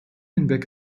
hinweg